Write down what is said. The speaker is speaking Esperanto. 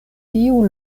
tiu